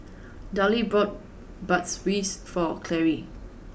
Daryle bought Bratwurst for Carri